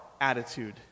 attitude